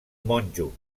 monjo